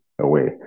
away